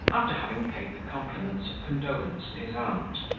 after having paid the compliments of condolence to his aunt,